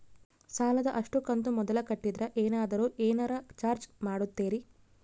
ಸಾಲದ ಅಷ್ಟು ಕಂತು ಮೊದಲ ಕಟ್ಟಿದ್ರ ಏನಾದರೂ ಏನರ ಚಾರ್ಜ್ ಮಾಡುತ್ತೇರಿ?